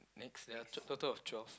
next there's a total of twelve